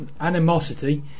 animosity